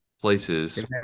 places